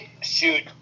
Shoot